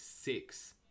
six